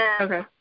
Okay